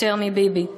"יותר מביבי";